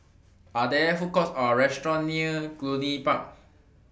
Are There Food Courts Or restaurants near Cluny Park